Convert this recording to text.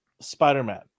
Spider-Man